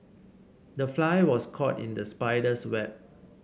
the fly was caught in the spider's web